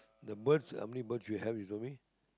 the birds how many birds you have you show me